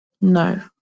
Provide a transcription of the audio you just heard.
No